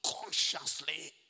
consciously